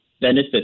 benefit